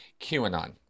QAnon